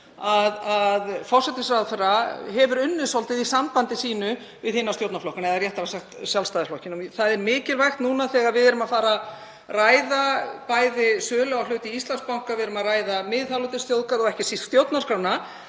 að forsætisráðherra hefur unnið svolítið í sambandi sínu við hina stjórnarflokkana, eða réttara sagt Sjálfstæðisflokkinn. Það er mikilvægt núna þegar við erum að fara að ræða sölu á hlut í Íslandsbanka, þegar við erum að ræða miðhálendisþjóðgarð og ekki síst stjórnarskrána,